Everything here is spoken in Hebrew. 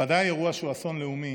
ודאי אירוע שהוא אסון לאומי,